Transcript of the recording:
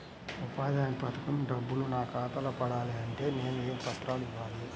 ఉపాధి హామీ పథకం డబ్బులు నా ఖాతాలో పడాలి అంటే నేను ఏ పత్రాలు ఇవ్వాలి?